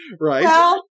Right